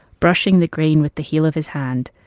brushing the grain with the heel of his hand,